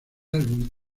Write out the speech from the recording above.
álbum